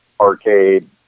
arcade